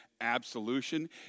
absolution